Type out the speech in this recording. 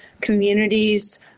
communities